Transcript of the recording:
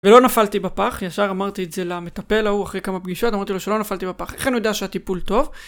ולא נפלתי בפח, ישר אמרתי את זה למטפל ההוא אחרי כמה פגישות, אמרתי לו שלא נפלתי בפח, איך אני יודע שהטיפול טוב?